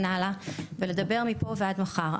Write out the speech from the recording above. ולדבר מפה ועד מחר,